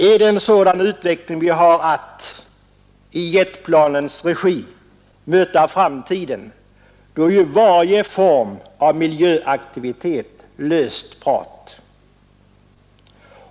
Är det en sådan utveckling vi har att, i jetplanens regi, möta i framtiden, då är det lönlöst prat med varje slag av miljöaktivitet.